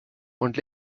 und